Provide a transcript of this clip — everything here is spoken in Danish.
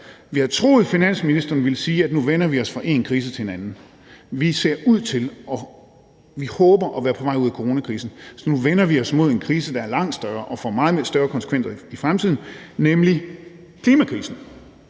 Vi havde troet og håbet, finansministeren ville sige, at nu vender vi os fra en krise til en anden; at vi ser ud til at være på vej ud af coronakrisen, så vi nu vender os mod en krise, der er langt større og vil få meget større konsekvenser i fremtiden, nemlig klimakrisen,